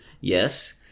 Yes